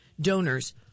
donors